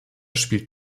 spielt